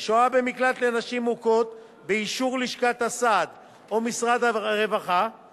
ששוהה במקלט לנשים מוכות באישור לשכת הסעד או משרד הרווחה